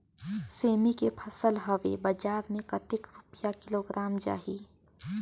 सेमी के फसल हवे बजार मे कतेक रुपिया किलोग्राम जाही?